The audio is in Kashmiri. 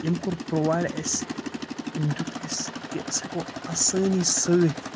أمۍ کوٚر پرٛوٚوایِڈ اَسہِ أمۍ دیُت اَسہِ کہِ أسۍ ہٮ۪کو آسٲنی سۭتۍ